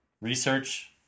research